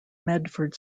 medford